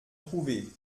trouvé